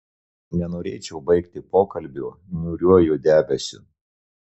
nenorėčiau baigti pokalbio niūriuoju debesiu